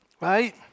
right